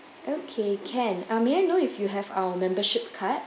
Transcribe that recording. okay can um may I know if you have our membership card